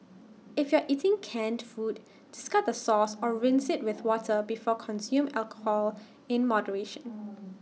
if you are eating canned food discard the sauce or rinse IT with water before consume alcohol in moderation